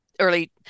early